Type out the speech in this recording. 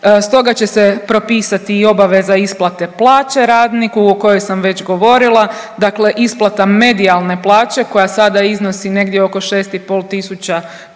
Stoga će se propisati i obaveza isplate plaće radniku o kojoj sam već govorila, dakle isplata medijalne plaće koja sada iznosi negdje oko 6,5